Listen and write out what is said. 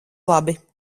labi